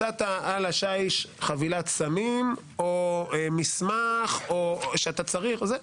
מצאת על השיש חבילת סמים או מסמך שאתה צריך וכולי.